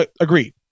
Agreed